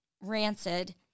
rancid